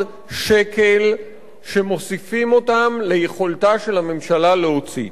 שקל שמוסיפים אותם ליכולתה של הממשלה להוציא.